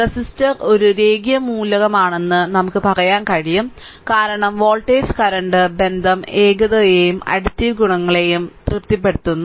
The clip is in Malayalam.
റെസിസ്റ്റർ ഒരു രേഖീയ മൂലകമാണെന്ന് നമുക്ക് പറയാൻ കഴിയും കാരണം വോൾട്ടേജ് കറന്റ് ബന്ധം ഏകതയെയും അഡിറ്റിവിറ്റി ഗുണങ്ങളെയും തൃപ്തിപ്പെടുത്തുന്നു